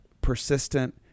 persistent